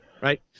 right